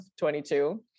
22